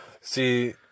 See